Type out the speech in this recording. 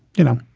you know,